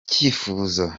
cyifuzo